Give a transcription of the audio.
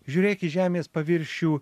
žiūrėk į žemės paviršių